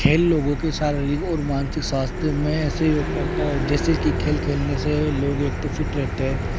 खेल लोगों के शारीरिक और मानसिक स्वास्थ्य में ऐसे योग करता है जैसे कि खेल खेलने से लोग एक तो फिट रहते हैं